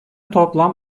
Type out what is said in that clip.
toplam